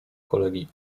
kolegi